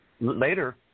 later